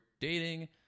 dating